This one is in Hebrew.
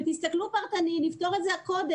צריך להסתכל פרטנית כי כך נפתור את זה קודם.